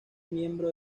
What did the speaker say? miembro